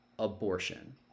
abortion